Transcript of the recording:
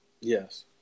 Yes